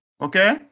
Okay